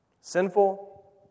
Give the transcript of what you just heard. Sinful